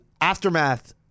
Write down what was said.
Aftermath